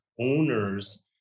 owners